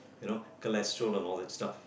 you know cholesterol and all that stuff